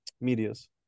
medias